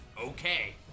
okay